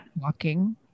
Walking